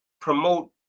promote